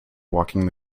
walking